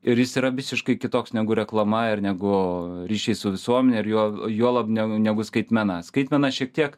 ir jis yra visiškai kitoks negu reklama ir negu ryšiai su visuomene ir juo juolab ne negu skaitmena skaitmeną šiek tiek